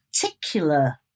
particular